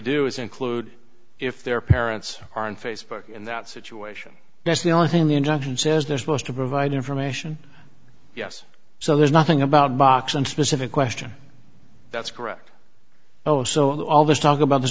do is include if their parents are in facebook in that situation that's the only thing the injunction says they're supposed to provide information yes so there's nothing about box and specific question that's correct oh so all this talk about the